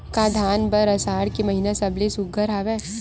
का धान बर आषाढ़ के महिना सबले सुघ्घर हवय?